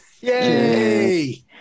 Yay